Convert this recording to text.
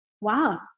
wow